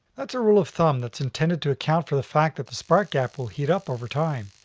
that's a rule of thumb that's intended to account for the fact that the spark gap will heat up over time,